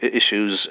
issues